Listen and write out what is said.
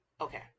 Okay